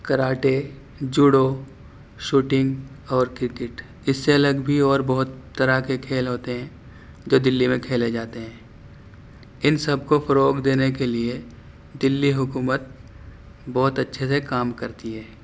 karate judo shooting اور cricket اس سے الگ بھی اور بہت طرح کے کھیل ہوتے ہیں جو دہلی میں کھیلے جاتے ہیں ان سب کو فروغ دینے کے لیے دہلی حکومت بہت اچھے سے کام کرتی ہے